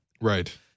Right